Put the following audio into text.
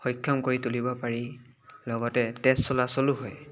সক্ষম কৰি তুলিব পাৰি লগতে তেজ চলাচলো হয়